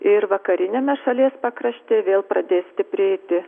ir vakariniame šalies pakrašty vėl pradės stiprėti